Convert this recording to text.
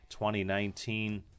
2019